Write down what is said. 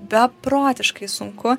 beprotiškai sunku